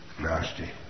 Nasty